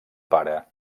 pare